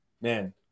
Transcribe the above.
man